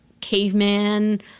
caveman